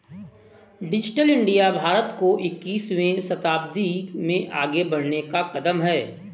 digital India भारत को इक्कीसवें शताब्दी में आगे बढ़ने का कदम है